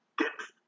depth